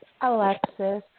Alexis